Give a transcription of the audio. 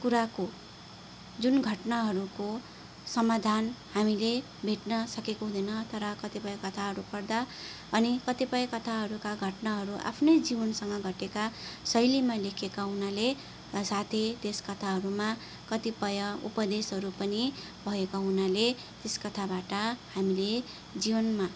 कुराको जुन घटनाहरूको समाधान हामीले भेट्न सकेको हुँदैन तर कतिपय कथाहरू पढ्दा अनि कतिपय कथाहरूका घटनाहरू आफ्नै जीवनसँग घटेका शैलीमा लेखेका हुनाले साथै त्यस कथाहरूमा कतिपय उपदेशहरू पनि भएका हुनाले त्यस कथाबाट हामीले जीवनमा